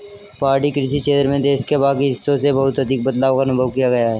पहाड़ी कृषि क्षेत्र में देश के बाकी हिस्सों से बहुत अधिक बदलाव का अनुभव किया है